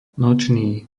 nočný